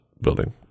building